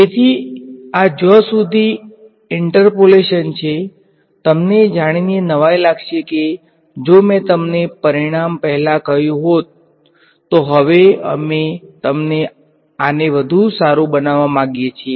તેથી આ જ્યાં સુધી ઈન્ટર્પોલેશન છે તમને જાણીને નવાઈ લાગશે કે જો મેં તમને પરિણામ પહેલા કહ્યું હતું તો હવે અમે તમને આને વધુ સારું બનાવવા માંગીએ છીએ